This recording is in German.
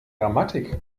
grammatik